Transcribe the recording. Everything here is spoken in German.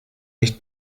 nicht